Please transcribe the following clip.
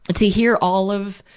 ah to hear all of,